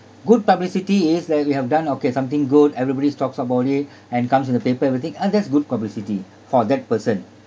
good publicity is that we have done okay something good everybody talks about it and comes in the paper everything ah that's good publicity for that person